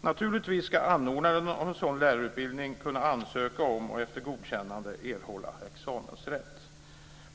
Naturligtvis ska anordnaren av en sådan lärarutbildning kunna ansöka om och erhålla examensrätt.